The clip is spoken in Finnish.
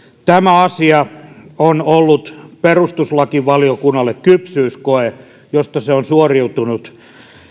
tämä asia on ollut perustuslakivaliokunnalle kypsyyskoe josta se on suoriutunut